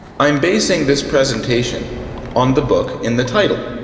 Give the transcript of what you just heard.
i'm basing this presentation on the book in the title,